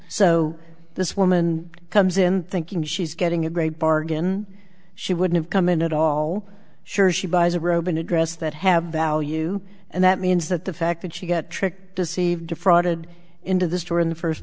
so this woman comes in thinking she's getting a great bargain she wouldn't have come in at all sure she buys a robe in a dress that have value and that means that the fact that she got tricked deceived defrauded into the store in the first